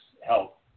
help